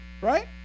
Right